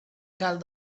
cal